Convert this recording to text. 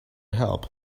help